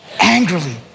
angrily